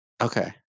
Okay